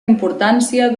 importància